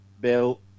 Bill